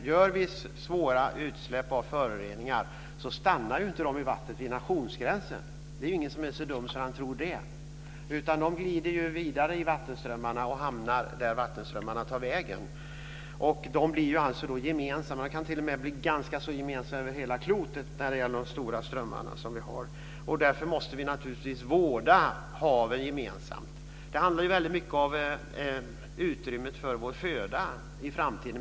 Gör vi svåra utsläpp av föroreningar stannar inte de i vattnet vid nationsgränsen. Det är inte någon som är så dum att han tror det. De glider vidare i vattenströmmarna och hamnar där vattenströmmarna tar vägen. De blir gemensamma, och de kan t.o.m. bli ganska så gemensamma över hela klotet när det gäller de stora strömmarna vi har. Därför måste vi vårda haven gemensamt. Det handlar väldigt mycket om utrymmet för vår föda i framtiden.